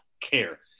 care